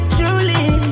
Truly